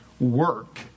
work